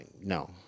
No